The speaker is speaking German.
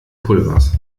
pulvers